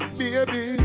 baby